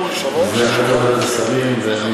משרד המשפטים ומשרד האוצר.